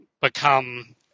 become